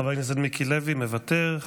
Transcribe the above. חבר הכנסת מיקי לוי, מוותר.